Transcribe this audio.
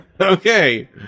Okay